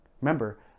remember